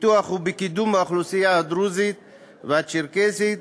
בפיתוח ובקידום האוכלוסייה הדרוזית והצ'רקסית